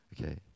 Okay